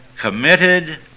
committed